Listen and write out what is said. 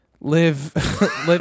live